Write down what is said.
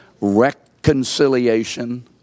reconciliation